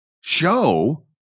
show